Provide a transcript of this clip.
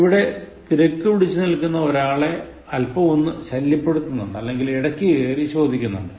ഇവിടെ തിരക്കുപിടിച്ചു നിൽക്കുന്ന ഒരാളെ അല്പം ഒന്ന് ശല്യപ്പെടുത്തുന്നുണ്ട് അല്ലെങ്കിൽ ഇടക്ക് കയറി ചോദിക്കുന്നുണ്ട്